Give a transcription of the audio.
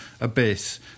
abyss